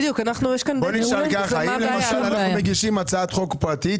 אם נגיש הצעת חוק פרטית,